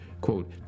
quote